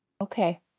Okay